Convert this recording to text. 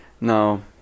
No